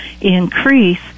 increase